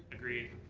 agreed.